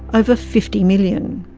over fifty million.